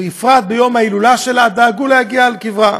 בפרט ביום ההילולה שלה, דאגו להגיע אל קברה.